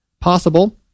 possible